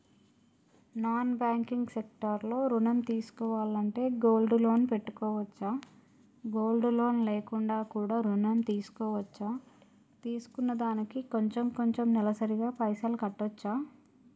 Non banking sector లో ఋణం తీసుకోవాలంటే గోల్డ్ లోన్ పెట్టుకోవచ్చా? గోల్డ్ లోన్ లేకుండా కూడా ఋణం తీసుకోవచ్చా? తీసుకున్న దానికి కొంచెం కొంచెం నెలసరి గా పైసలు కట్టొచ్చా?